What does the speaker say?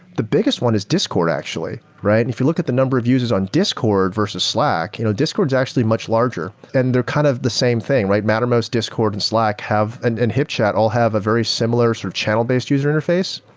the biggest one is discord actually, right? and if you look at the number of users on discord versus slack, you know discord is actually much larger and they're kind of the same thing, mattermost, discord, and slack, and and hipchat all have a very similar sort of channel-based user interface.